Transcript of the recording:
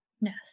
Yes